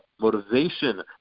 motivation